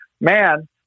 man